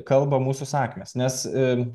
kalba mūsų sakmės nes